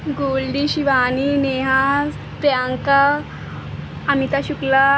Goldy Shivani Neha Priyanka Amita Shukla